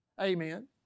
Amen